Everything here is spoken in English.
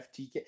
FTK